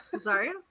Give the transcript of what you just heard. Sorry